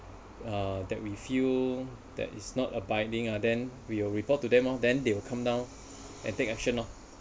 uh that we feel that is not abiding ah then we will report to them orh then they will come down and take action lor